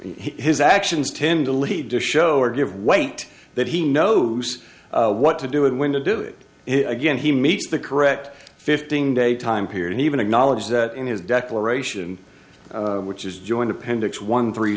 his actions tend to lead to show or give weight that he knows what to do it when to do it again he meets the correct fifteen day time period and even acknowledged that in his declaration which is joint appendix one three